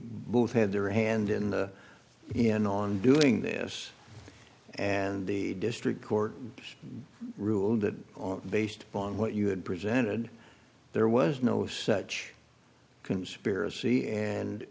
both had their hand in the in on doing this and the district court ruled that based on what you had presented there was no such conspiracy and